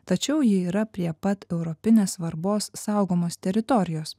tačiau ji yra prie pat europinės svarbos saugomos teritorijos